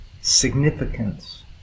significance